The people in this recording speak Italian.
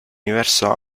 universo